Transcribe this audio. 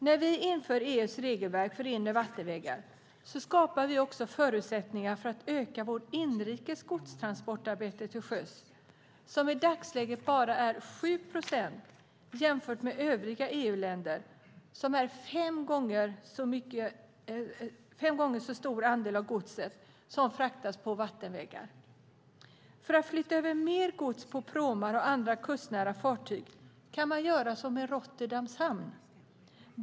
När vi inför EU:s regelverk för inre vattenvägar skapar vi också förutsättningar för att öka vårt inrikes godstransportarbete till sjöss - i dagsläget bara 7 procent jämfört med övriga EU-länder. Där fraktas en fem gånger större andel av godset på vattenvägar. För att flytta över mer gods på pråmar och andra kustnära fartyg kan man göra som i Rotterdams hamn.